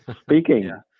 speaking